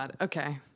Okay